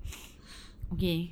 okay